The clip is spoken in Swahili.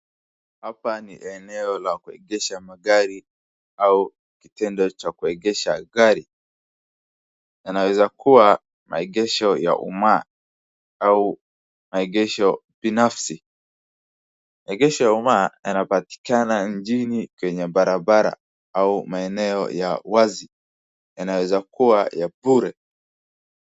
Hapa ni eneo la kuegesha magari au kitendo cha kuegesha gari. Yanaweza kuwa maegesho ya umaa au maegesho binasfi. Maegesho ya umaa yanapatikana mjini kwenye barabara au maeneo ya wazi yanaweza kuwa ya bure.